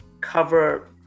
cover